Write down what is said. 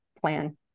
plan